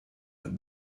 have